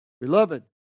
Beloved